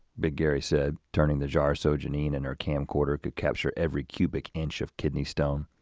big gary said, turning the jar so jeanine and her camcorder could capture every cubic inch of kidney stone.